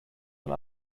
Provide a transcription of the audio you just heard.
dann